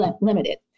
limited